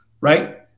Right